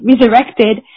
resurrected